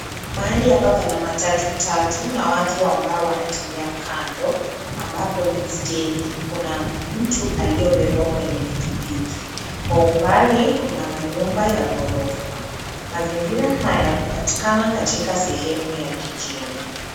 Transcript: Mahali hapa pana matatu tatu na watu ambao wanatembea kando ambapo ni Stein. Kuna mtu aliyebebwa kwenye pikipiki. Kwa umbali kuna manyumba ya ghorofa. Mazingira kama haya yanapatikana katika sehemu ya jijini.